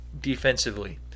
Defensively